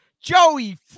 joey